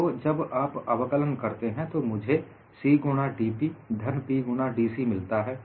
तो जब आप अवकलन करते हैं तो मुझे C गुणा dP धन P गुणा dC मिलता है